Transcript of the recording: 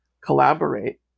collaborate